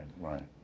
Right